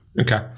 Okay